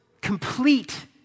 complete